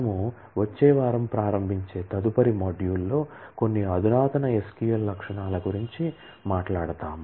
మనము వచ్చే వారం ప్రారంభించే తదుపరి మాడ్యూల్లో కొన్ని అధునాతన SQL లక్షణాల గురించి మాట్లాడుతాము